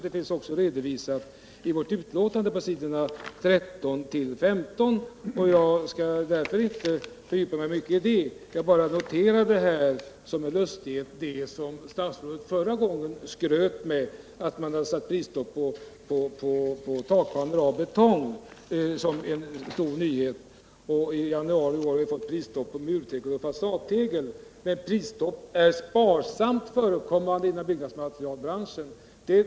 Det finns redovisat på s. 13-15 i utskottsbetänkandet. Jag skall därför inte fördjupa mig mycket i det. Jag bara noterade som en lustighet det som statsrådet förra gången skröt med som er. stor nyhet, nämligen att man fått prisstopp på takpannor av betong, och i januari i år har vi fått prisstopp på murtegel och fasadtegel. Men prisstopp är sparsamt förekommande inom byggnadsmaterialbranschen.